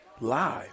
Live